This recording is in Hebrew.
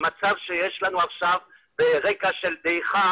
המצב שיש לנו עכשיו ברגע של דעיכה